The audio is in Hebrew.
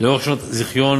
לאורך שנות הזיכיון.